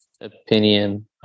opinion